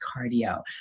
cardio